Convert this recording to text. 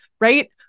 right